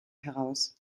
heraus